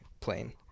plane